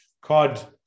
COD